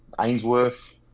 Ainsworth